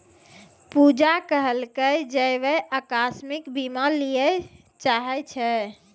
पूजा कहलकै जे वैं अकास्मिक बीमा लिये चाहै छै